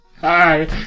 Hi